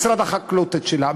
משרד החקלאות את שלו,